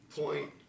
Point